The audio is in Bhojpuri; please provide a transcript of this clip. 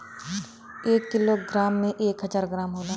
एक कीलो ग्राम में एक हजार ग्राम होला